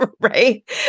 right